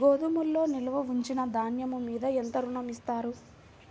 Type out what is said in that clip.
గోదాములో నిల్వ ఉంచిన ధాన్యము మీద ఎంత ఋణం ఇస్తారు?